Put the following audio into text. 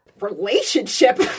Relationship